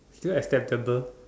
still acceptable